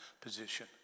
position